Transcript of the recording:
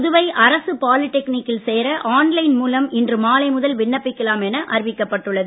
புதுவை அரசு பாலிடெக்னிக்கல்லில் சேர ஆன்லைன் மூலம் இன்று மாலை முதல் விண்ணப்பிக்கலாம் என அறிவிக்கப்பட்டுள்ளது